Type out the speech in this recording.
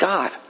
God